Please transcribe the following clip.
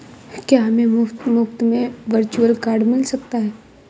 क्या हमें मुफ़्त में वर्चुअल कार्ड मिल सकता है?